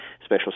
special